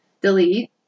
Delete